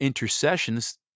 intercessions